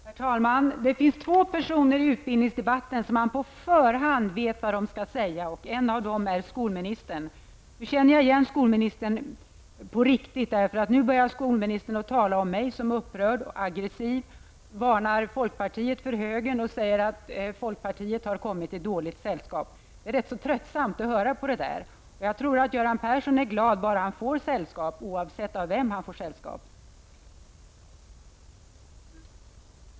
Herr talman! Det finns två personer i utbildningsdebatten som man på förhand vet vad de skall säga och en av dem är skolministern. Nu känner jag igen skolministern på riktigt, för nu börjar skolministern tala om mig som upprörd och aggressiv. Han varnar folkpartiet för högern och säger att folkpartiet har kommit i dåligt sällskap. Det är rätt tröttsamt att höra på detta. Jag tror att Göran Persson är glad bara han får sällskap, oavsett av vem han får sällskap.